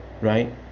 right